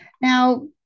Now